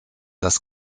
das